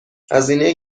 هزینه